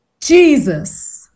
Jesus